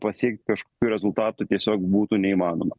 pasiekti kažkokių rezultatų tiesiog būtų neįmanoma